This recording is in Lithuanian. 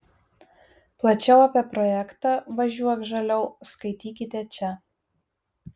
plačiau apie projektą važiuok žaliau skaitykite čia